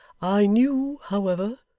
i knew, however,